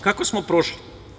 Kako smo prošli?